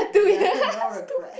ya no regret